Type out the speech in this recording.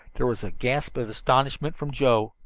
there was a gasp of astonishment from joe,